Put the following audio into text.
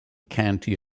county